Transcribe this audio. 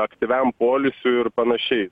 aktyviam poilsiui ir panašiai